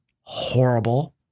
horrible